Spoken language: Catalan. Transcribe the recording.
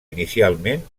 inicialment